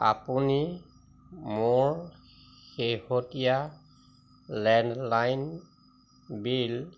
আপুনি মোৰ শেহতীয়া লেণ্ডলাইন বিল